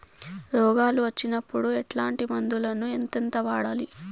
రోగాలు వచ్చినప్పుడు ఎట్లాంటి మందులను ఎంతెంత వాడాలి?